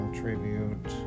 tribute